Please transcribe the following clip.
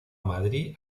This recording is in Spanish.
madrid